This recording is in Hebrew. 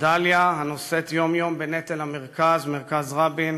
דליה, הנושאת יום-יום בנטל המרכז, מרכז רבין,